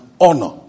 honor